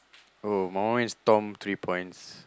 oh my one is tom three points